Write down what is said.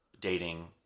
dating